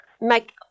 make